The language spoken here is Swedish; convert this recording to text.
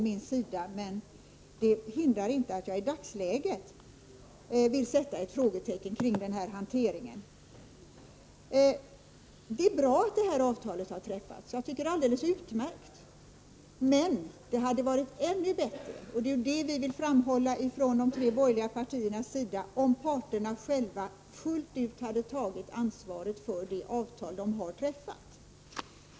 Men det hindrar inte att jag i dagsläget vill sätta ett frågetecken kring den hanteringen. Det är bra att avtalet har träffats — jag tycker det är alldeles utmärkt. Men det hade varit ännu bättre — och det är det vi från de tre borgerliga partierna vill framhålla — om parterna själva fullt ut hade tagit ansvar för det avtal de har träffat.